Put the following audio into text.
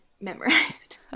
memorized